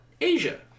Asia